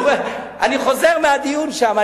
אני חוזר מהדיון שם,